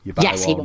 Yes